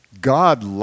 God